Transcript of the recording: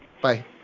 Bye